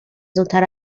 زودتر